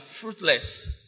fruitless